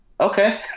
Okay